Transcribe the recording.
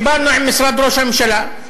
דיברנו עם משרד ראש הממשלה,